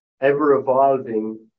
ever-evolving